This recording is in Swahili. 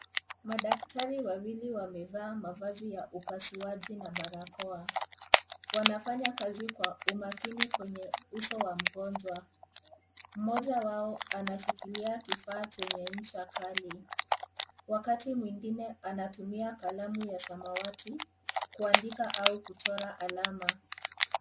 Madaktari wawili wamevaa mavazi ya upasuaji na barakoa. Wanafanya kazi kwa umakini kwenye uso wa mgonjwa. Mmoja wao anashikilia kifaa chenye ncha kali, Wakati mwingine anatumia kalamu ya samawati kuandika au kuchora alama.